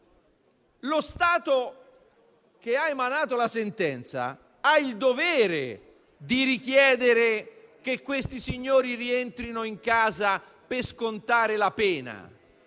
lo Stato che ha emanato la sentenza ha il dovere di richiedere che quei signori rientrino a casa per scontare la pena.